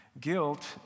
Guilt